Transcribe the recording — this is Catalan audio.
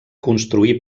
construir